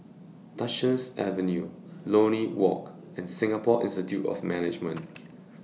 Duchess Avenue Lornie Walk and Singapore Institute of Management